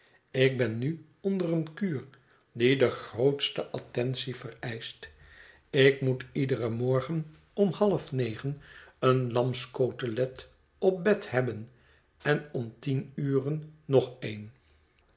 ik ben nu onder een kuur die de grootste attentie vereischt ik moet iederen morgen om halfnegen een lamscotelet op bed hebben en om tien uren nog een